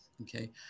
okay